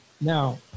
Now